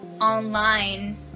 online